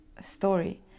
story